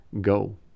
go